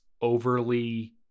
overly